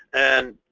and